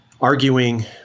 arguing